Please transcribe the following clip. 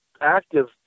active